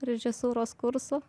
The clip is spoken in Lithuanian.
režisūros kursų